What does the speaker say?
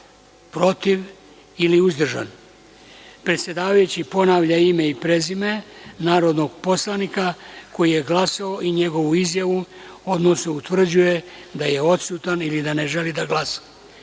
„protiv“ ili „uzdržan“, predsedavajući ponavlja ime i prezime narodnog poslanika koji je glasao i njegovu izjavu, odnosno utvrđuje da je odsutan ili da ne želi da glasa,